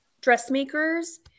dressmakers